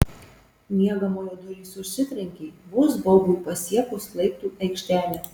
miegamojo durys užsitrenkė vos baubui pasiekus laiptų aikštelę